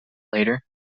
later